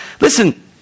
listen